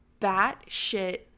batshit